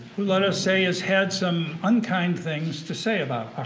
who let us say has had some unkind things to say about